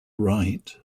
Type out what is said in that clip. right